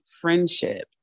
friendship